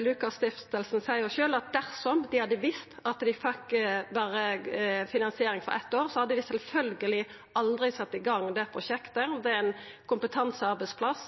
Lukas Stiftelsen seier sjølv at dersom dei hadde visst at dei berre fekk finansiering for eitt år, hadde dei sjølvsagt aldri sett i gang dette prosjektet. Det er ein kompetansearbeidsplass